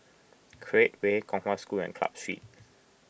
Create Way Kong Hwa School and Club Street